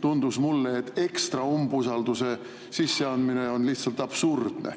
tundus mulle, et ekstra umbusalduse sisseandmine on lihtsalt absurdne.